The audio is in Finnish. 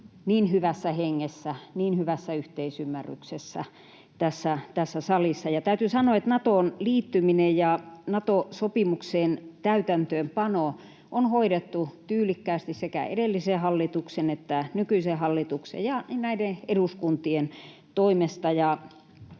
näin hyvässä hengessä, näin hyvässä yhteisymmärryksessä tässä salissa. Täytyy sanoa, että Natoon liittyminen ja Nato-sopimuksen täytäntöönpano on hoidettu tyylikkäästi sekä edellisen hallituksen että nykyisen hallituksen ja näiden eduskuntien toimesta.